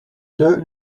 dirt